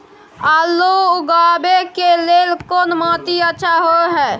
आलू उगाबै के लेल कोन माटी अच्छा होय है?